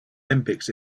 olympics